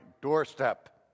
doorstep